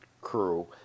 crew